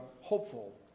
hopeful